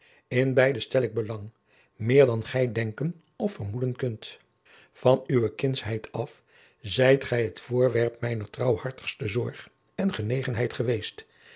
in beide stel ik belang meer dan gij denken of vermoeden kunt van uwe kindschheid af zijt gij het voorwerp mijner trouwhartigste zorg en genegenheid geweest